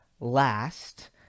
last